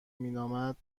مینامد